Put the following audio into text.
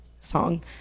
song